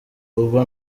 kuko